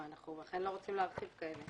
לכן אנחנו לא רוצים להרחיב כאלה.